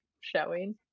showing